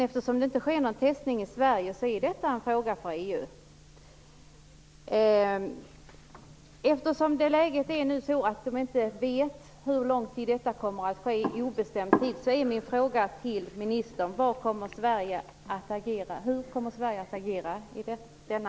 Eftersom det inte sker någon testning i Sverige är detta en fråga för EU och eftersom man inte vet under hur lång tid detta kommer att pågå - det är ju obestämt - är min fråga till ministern: Hur kommer Sverige att agera i denna fråga?